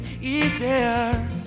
easier